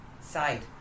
side